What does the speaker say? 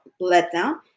letdown